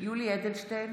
יולי יואל אדלשטיין,